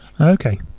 Okay